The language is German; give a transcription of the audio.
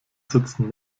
sitzen